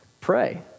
pray